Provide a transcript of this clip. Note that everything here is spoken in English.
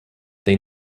they